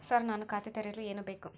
Sir ನಾನು ಖಾತೆ ತೆರೆಯಲು ಏನು ಬೇಕು?